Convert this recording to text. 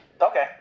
Okay